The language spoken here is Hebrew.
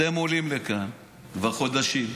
אתם עולים לכאן כבר חודשים,